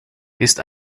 ist